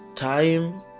Time